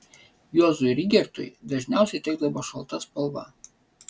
juozui rygertui dažniausiai tekdavo šalta spalva